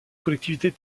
collectivités